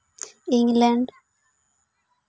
England